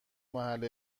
محل